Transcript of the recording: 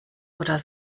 oder